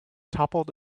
toppled